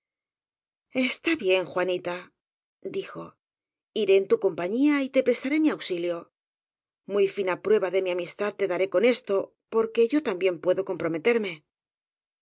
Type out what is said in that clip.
está bien juanita dijo iré en tu compañía y te prestaré mi auxilio muy fina prueba de mi amistad te daré con esto porque yo también puedo comprometerme